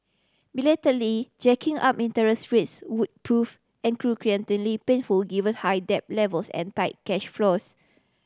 belatedly jacking up interest rates would prove excruciatingly painful given high debt levels and tight cash flows